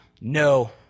No